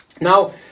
Now